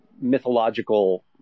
mythological